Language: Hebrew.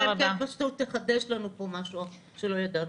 אלא אם כן תחדש לנו משהו אחר שלא ידענו.